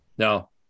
No